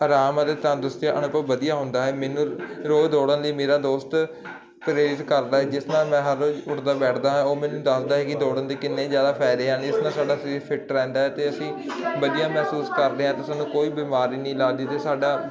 ਅਰਾਮ ਅਤੇ ਤੰਦਰੁਸਤੀ ਦਾ ਅਨੁਭਵ ਵਧੀਆ ਹੁੰਦਾ ਹੈ ਮੈਨੂੰ ਰੋਜ਼ ਦੌੜਨ ਲਈ ਮੇਰਾ ਦੋਸਤ ਗਰੇਜ਼ ਕਰਦਾ ਜਿਸ ਨਾਲ ਮੈਂ ਹਰ ਉੱਠਦਾ ਬੈਠਦਾ ਉਹ ਮੈਨੂੰ ਦੱਸਦਾ ਕਿ ਦੌੜਨ ਦੇ ਕਿੰਨੇ ਜ਼ਿਆਦਾ ਫਾਇਦੇ ਹਨ ਇਸ ਨਾਲ ਸਾਡਾ ਸਰੀਰ ਫਿਟ ਰਹਿੰਦਾ ਅਤੇ ਅਸੀਂ ਵਧੀਆ ਮਹਿਸੂਸ ਕਰਦੇ ਆ ਅਤੇ ਤੁਹਾਨੂੰ ਕੋਈ ਬਿਮਾਰੀ ਨਹੀਂ ਲੱਗਦੀ ਅਤੇ ਸਾਡਾ